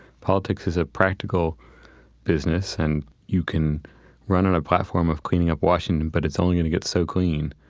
politics is a practical business. and you can run on a platform of cleaning up washington, but it's only going to get so clean,